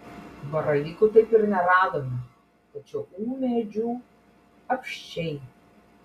baravykų taip ir neradome tačiau ūmėdžių apsčiai